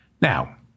Now